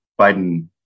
Biden